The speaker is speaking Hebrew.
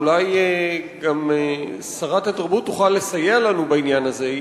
ואולי גם שרת התרבות תוכל לסייע לנו בעניין הזה,